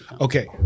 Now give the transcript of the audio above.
Okay